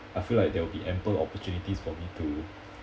I feel like there will be ample opportunities for me to